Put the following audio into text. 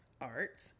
art